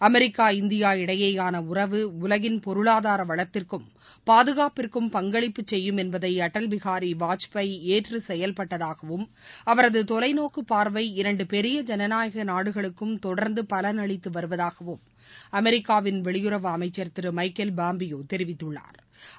America India இடையேயான உறவு உலகின் பொருளாதார வளத்திற்கும் பாதுகாப்புக்கும் பங்களிப்பு செய்யும் என்பதை அடல் பிகாரி வாஜ்பாய் ஏற்று செயல்பட்டதாகவும் அவரது தொலைநோக்குப் பார்வை இரண்டு பெரிய ஜனநாயக நாடுகளுக்கும் தொடர்ந்து பலனளித்து வருவதாகவும் அமெரிக்காவின் வெளியுறவு அமைச்சா் திரு மைக்கேல் பாம்பியோ தெரிவித்துள்ளாா்